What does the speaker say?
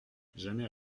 jamais